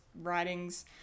Writings